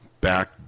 back